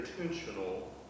intentional